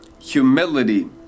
Humility